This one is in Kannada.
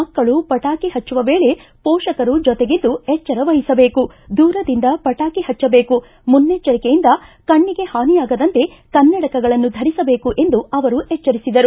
ಮಕ್ಕಳು ಪಟಾಕಿ ಹಚ್ಚುವ ವೇಳೆ ಪೋಷಕರು ಜೊತೆಗಿದ್ದು ಎಚ್ಚರ ವಹಿಸಬೇಕು ದೂರದಿಂದ ಪಟಾಕಿ ಹಚ್ಚದೇಕು ಮುನ್ನೆಚ್ಚರಿಕೆಯಿಂದ ಕಚ್ಚಿಗೆ ಹಾನಿಯಾಗದಂತೆ ಕನ್ನಡಕಗಳನ್ನು ಧರಿಸಬೇಕು ಎಂದು ಅವರು ಎಚ್ಚರಿಸಿದರು